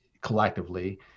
collectively